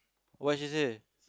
what she say